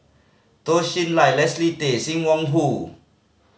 Toh Chin Chye Leslie Tay Sim Wong Hoo